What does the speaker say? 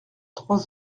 trois